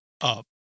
up